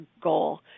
goal